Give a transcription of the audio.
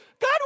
God